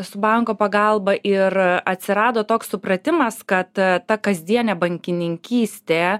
su banko pagalba ir atsirado toks supratimas kad ta kasdienė bankininkystė